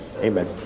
Amen